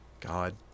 God